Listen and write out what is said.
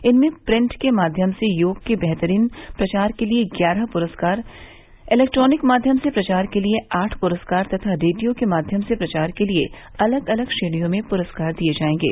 इनमें प्रिन्ट के माध्यम से योग के बेहतरीन प्रचार के लिए ग्यारह पुरस्कार इलैक्ट्रोनिक माध्यम से प्रचार के लिए आठ पुरस्कार तथा रेडियो के माध्यम से प्रचार के लिए अलग अलग श्रेणियों में पुरस्कार दिए जाएंगे